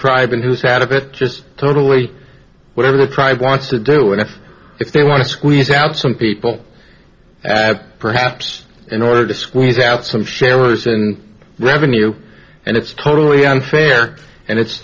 tribe and who's had a bit just totally whatever the tribe wants to do and if they want to squeeze out some people perhaps in order to squeeze out some shares and revenue and it's totally unfair and it's